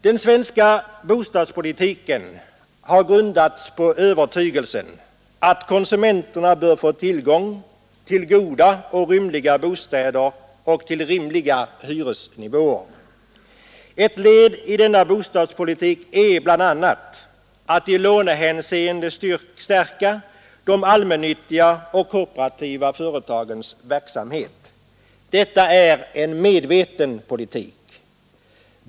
Den svenska bostadspolitiken har grundats på övertygelsen att konsumenterna bör få tillgång till goda och rymliga bostäder och till rimliga hyresnivåer. Ett led i denna bostadspolitik är bla. att i lånehänseende stärka de allmännyttiga och kooperativa företagens verksamhet. Detta är en medveten politik.